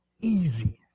easy